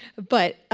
but,